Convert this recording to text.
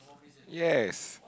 yes